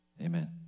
Amen